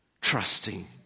trusting